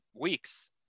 weeks